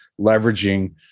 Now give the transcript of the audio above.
leveraging